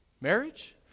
marriage